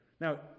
Now